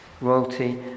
royalty